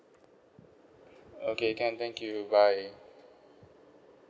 okay can thank you bye